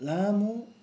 लामो